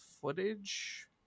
footage